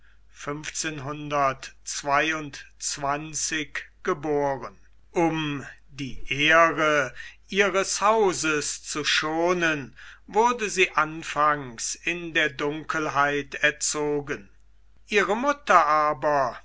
um die ehre ihres hauses zu schonen wurde sie anfangs in der dunkelheit erzogen ihre mutter aber